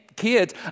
kids